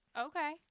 Okay